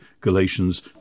Galatians